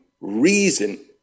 reason